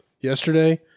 yesterday